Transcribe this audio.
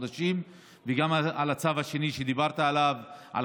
וגם על הצו השני שדיברת עליו, על